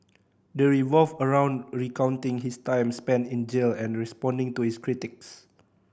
they revolve around recounting his time spent in jail and responding to his critics